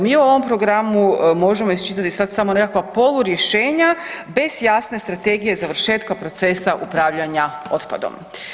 Mi u ovom programu možemo iščitati sad samo neka polurješenja bez jasne strategije završetka procesa upravljanja otpadom.